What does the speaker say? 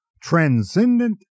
transcendent